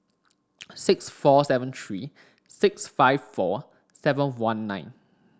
six four seven three six five four seven one nine